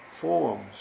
forms